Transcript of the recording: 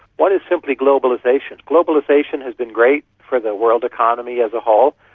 one is simply globalisation. globalisation has been great for the world economy as a whole,